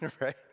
right